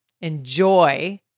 Enjoy